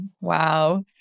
Wow